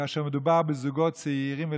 כאשר מדובר בזוגות צעירים וזכאים.